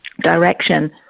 direction